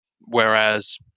whereas